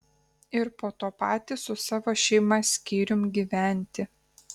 ir po to patys su savo šeima skyrium gyventi